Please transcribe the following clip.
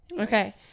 okay